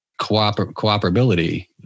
cooperability